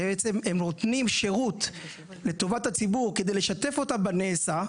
שהם נותנים שירות לטובת הציבור כדי לשתף אותו בנעשה,